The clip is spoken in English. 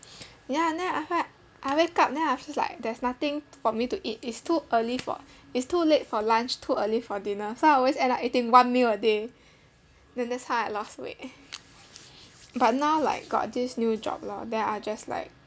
ya then after that I wake up then I feel like there's nothing for me to eat it's too early for it's too late for lunch too early for dinner so I always end up eating one meal a day then that's how I lost weight but now like got this new job lah then I just like